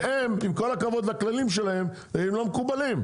והם עם כל הכבוד לכללים שלהם, הם לא מקובלים,